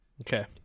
Okay